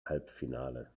halbfinale